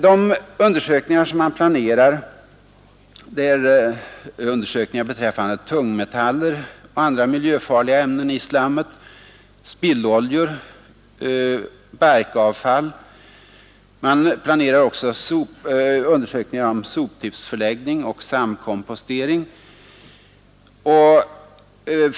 De undersökningar som man planerar gäller tungmetaller och andra miljöfarliga ämnen i slammet, spillolja och barkavfall. Man planerar också undersökningar om soptippsförläggning och samkompostering.